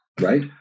right